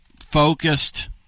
focused